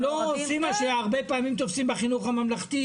הם לא עושים מה שהרבה פעמים תופסים בחינוך הממלכתי,